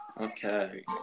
okay